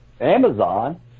Amazon